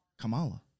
Kamala